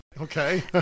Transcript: Okay